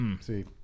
see